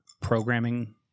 programming